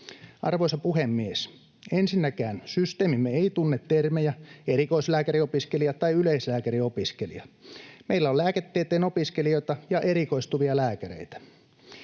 Arvoisa puhemies! Ensinnäkään systeemimme eivät tunne termejä ”erikoislääkäriopiskelija” tai ”yleislääkäriopiskelija”. Meillä on lääketieteen opiskelijoita ja erikoistuvia lääkäreitä.